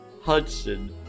Hudson